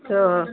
তো